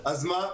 אז מה?